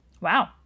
Wow